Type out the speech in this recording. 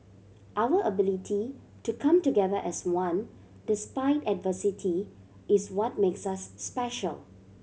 our ability to come together as one despite adversity is what makes us special